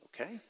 okay